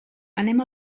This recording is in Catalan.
anem